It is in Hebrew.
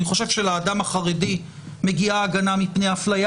אני חושב שלאדם החרדי מגיעה הגנה מפני אפליה